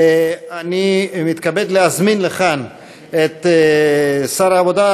אני מתכבד להזמין לכאן את שר העבודה,